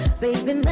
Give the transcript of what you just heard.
baby